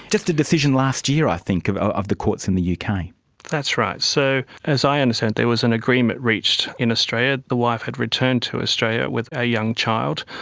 just a decision last year i think of of the courts in the uk. yeah kind of that's right. so as i understand it there was an agreement reached in australia. the wife had returned to australia with a young child.